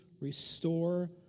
restore